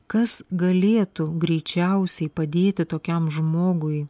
kas galėtų greičiausiai padėti tokiam žmogui